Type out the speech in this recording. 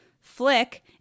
Flick